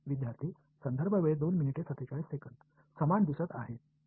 विद्यार्थी समान दिसत आहे